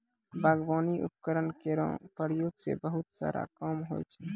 बागबानी उपकरण केरो प्रयोग सें बहुत सारा काम होय छै